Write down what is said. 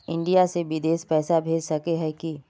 India से बिदेश पैसा भेज सके है की?